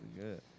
good